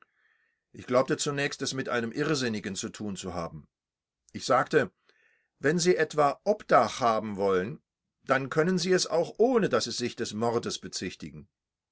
ich glaubte zunächst es mit einem irrsinnigen zu tun zu haben ich sagte wenn sie etwa obdach haben wollen dann können sie es auch ohne daß sie sich des mordes bezichtigen